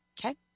Okay